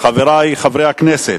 יש איזה היגיון,